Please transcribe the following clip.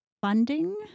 funding